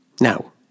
Now